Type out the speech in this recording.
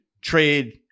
trade